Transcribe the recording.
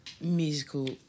musical